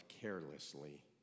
carelessly